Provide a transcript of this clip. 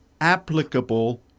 applicable